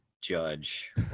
Judge